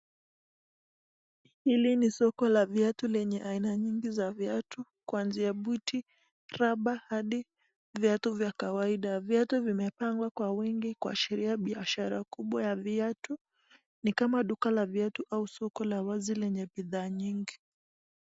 Hili ni soko la viatu lenye aina nyingi za viatu kuanzia buti, raba ,hadi viatu vya kawaida. Viatu vimepangwa kwa wingi kuashiria biashara kubwa ya viatu ni kama duka la viatu au soko la wazi lenye bidhaa nyingi.